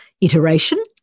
iteration